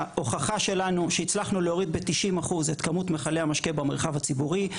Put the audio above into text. ההוכחה שלנו שהצלחנו להוריד ב-90% את כמות מכלי המשקה במרחב הציבורי,